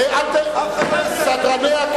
אף אחד לא יעשה לה,